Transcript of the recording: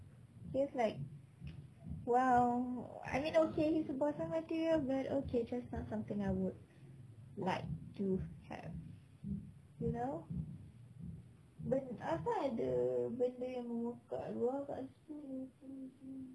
he has like !wow! I know him badan dia like okay it's just something I would like to have you know ben~ asal ada benda yang memekak luar kat situ